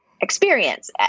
experience